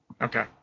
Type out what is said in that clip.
Okay